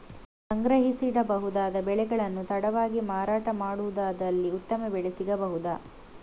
ಸಂಗ್ರಹಿಸಿಡಬಹುದಾದ ಬೆಳೆಗಳನ್ನು ತಡವಾಗಿ ಮಾರಾಟ ಮಾಡುವುದಾದಲ್ಲಿ ಉತ್ತಮ ಬೆಲೆ ಸಿಗಬಹುದಾ?